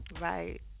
Right